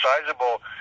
sizable